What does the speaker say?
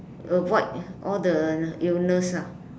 avoid all the illness ah